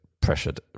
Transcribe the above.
pressured